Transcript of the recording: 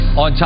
on